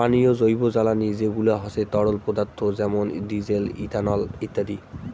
পানীয় জৈবজ্বালানী যেগুলা হসে তরল পদার্থ যেমন ডিজেল, ইথানল ইত্যাদি